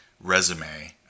resume